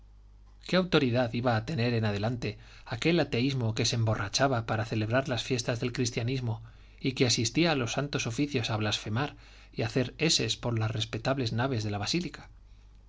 qué autoridad iba a tener en adelante aquel ateísmo que se emborrachaba para celebrar las fiestas del cristianismo y que asistía a los santos oficios a blasfemar y hacer eses por las respetables naves de la basílica